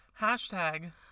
Hashtag